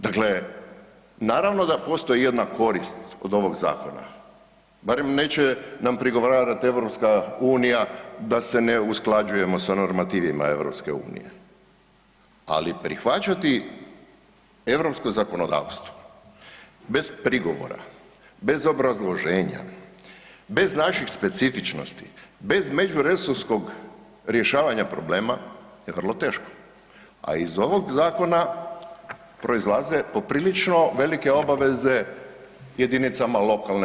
Dakle, naravno da postoji jedna korist od ovog zakona, barem neće nam prigovarat EU da se ne usklađujemo sa normativima EU, ali prihvaćati europsko zakonodavstvo bez prigovora, bez obrazloženja, bez naših specifičnosti, bez međuresorskog rješavanja problema je vrlo teško, a iz ovog zakona proizlaze poprilično velike obaveze JLS-ovima.